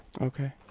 Okay